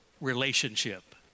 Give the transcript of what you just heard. relationship